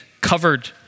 covered